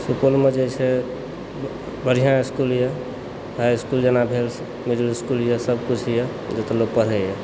सुपौलमे जे छै बढ़िआँ इसकुल यऽ हाइ इसकुल जेना भेल मिडिल इसकुल यऽ सबकुछ यऽ जतऽ लोक पढ़ैए